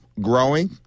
growing